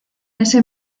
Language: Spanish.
ese